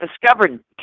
discovered